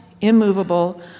immovable